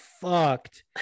fucked